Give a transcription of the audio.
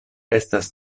estas